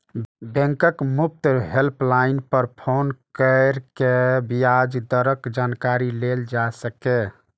बैंकक मुफ्त हेल्पलाइन पर फोन कैर के ब्याज दरक जानकारी लेल जा सकैए